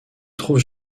trouve